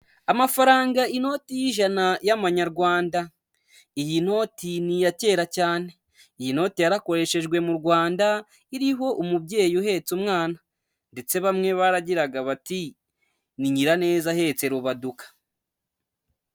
Amafaranga inoti y'ijana y'Amanyarwanda, iyi noti ni iya kera cyane, iyi noti yarakoreshejwe mu Rwanda iriho umubyeyi uhetse umwana ndetse bamwe baragiraga bati ''ni Nyiraneza ahetse Rubaduka.''